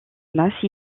masse